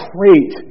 Great